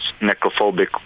necrophobic